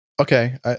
okay